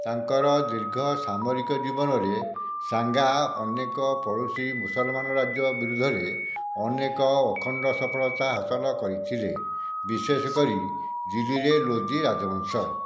ତାଙ୍କର ଦୀର୍ଘ ସାମରିକ ଜୀବନରେ ସାଙ୍ଗା ଅନେକ ପଡ଼ୋଶୀ ମୁସଲମାନ ରାଜ୍ୟ ବିରୁଦ୍ଧରେ ଅନେକ ଅଖଣ୍ଡ ସଫଳତା ହାସଲ କରିଥିଲେ ବିଶେଷ କରି ଦିଲ୍ଲୀରେ ଲୋଦୀ ରାଜବଂଶ